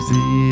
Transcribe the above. See